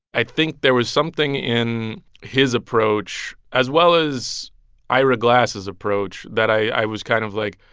i think there was something in his approach, as well as ira glass's approach, that i was kind of like,